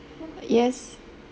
yes